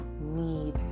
need